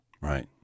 right